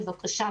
בבקשה,